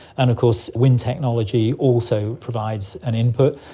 and of course wind technology also provides an input.